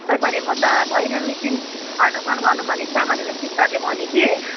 छक्कै परेँ म त छैन मसिन अल्ट्रासाउन्ड गर्नु भनेको छ भनेर सिस्टरले भन्यो कि